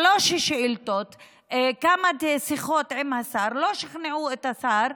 שלוש שאילתות וכמה שיחות עם השר לא שכנעו את השר,